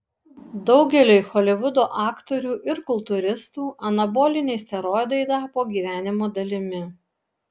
daugeliui holivudo aktorių ir kultūristų anaboliniai steroidai tapo gyvenimo dalimi